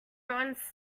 ruins